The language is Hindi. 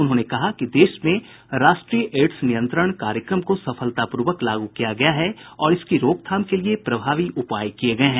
उन्होंने कहा कि देश में राष्ट्रीय एड्स नियंत्रण कार्यक्रम को सफलतापूर्वक लागू किया गया है और इसकी रोकथाम के लिए प्रभावी उपाय किये गये हैं